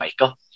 michael